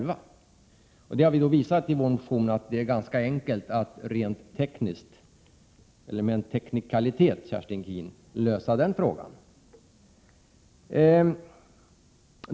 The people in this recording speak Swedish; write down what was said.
Vi har i vår motion visat att det är ganska enkelt att rent tekniskt — eller med en teknikalitet, Kerstin Keen — lösa den frågan.